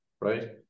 right